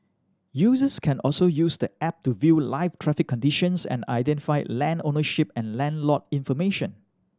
users can also use the app to view live traffic conditions and identify land ownership and land lot information